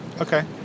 Okay